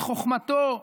את חוכמתו,